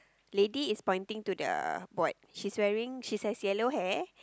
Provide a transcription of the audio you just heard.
lady is pointing to the board she's wearing she's has yellow hair